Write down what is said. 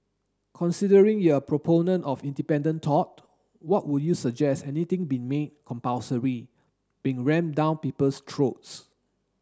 considering you're a proponent of independent thought what would you suggest anything being made compulsory being ram down people's throats